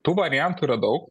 tų variantų yra daug